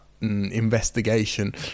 investigation